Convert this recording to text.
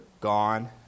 gone